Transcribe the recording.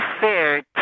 fair